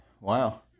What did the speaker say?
wow